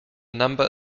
number